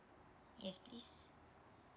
yes please